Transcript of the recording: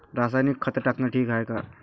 रासायनिक खत टाकनं ठीक हाये का?